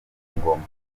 ingoma